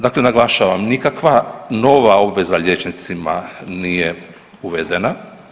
Dakle, naglašavam nikakva nova obveza liječnicima nije uvedena.